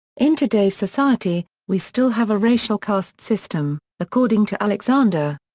in today's society, we still have a racial caste system, according to alexander.